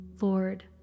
Lord